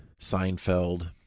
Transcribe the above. Seinfeld